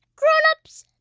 grown-ups,